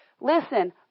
Listen